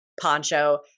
poncho